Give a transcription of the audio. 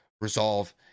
resolve